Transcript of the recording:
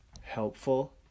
Helpful